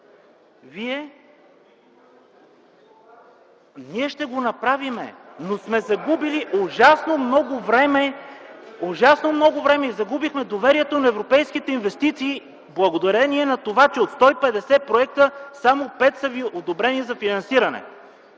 КБ.) Ние ще го направим, но сме загубили ужасно много време. Ужасно много време! Загубихме доверието на европейските инвестиции благодарение на това, че от 150 проекта само 5 са ви одобрени за финансиране.